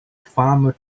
farmer